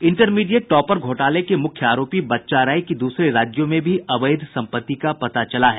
intermediate topper घोटाले के मुख्य आरोपी बच्चा राय की दूसरे राज्यों में भी अवैध संपत्ति का पता चला है